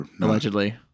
Allegedly